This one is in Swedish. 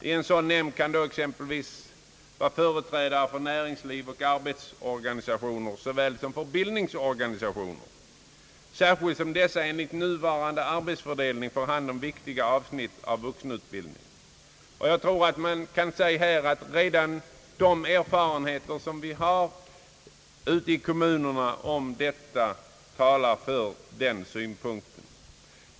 I en sådan nämnd kan då exempelvis finnas företrädare för näringsliv, arbetsorganisationer och bildningsorganisationer, särskilt som dessa enligt nuvarande arbetsfördelning får hand om viktiga avsnitt av vuxenutbildningen. De erfarenheter som vi ute i kommunerna redan har av detta talar för den synpunkten.